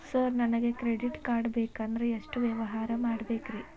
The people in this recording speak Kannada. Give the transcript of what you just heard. ಸರ್ ನನಗೆ ಕ್ರೆಡಿಟ್ ಕಾರ್ಡ್ ಬೇಕಂದ್ರೆ ಎಷ್ಟು ವ್ಯವಹಾರ ಮಾಡಬೇಕ್ರಿ?